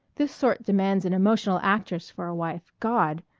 this sort demands an emotional actress for a wife. god!